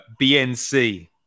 BNC